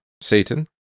Satan